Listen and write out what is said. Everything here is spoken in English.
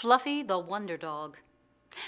fluffy the wonder dog